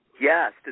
Yes